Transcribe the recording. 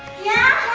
yeah,